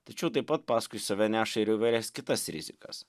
tačiau taip pat paskui save neša ir įvairias kitas rizikas